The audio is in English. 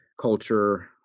culture